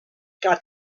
got